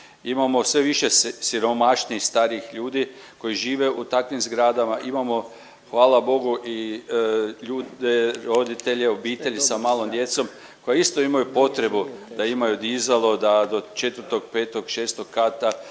Imamo sve više siromašnih starih ljudi koji žive u takvim zgradama, imamo hvala Bogu i ljude, roditelje, obitelji sa malom djecom koji isto imaju potrebu da imaju dizalo, da do 4., 5., 6. kata